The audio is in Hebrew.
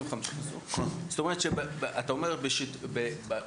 זאת אומרת, אתה אומר שבסיור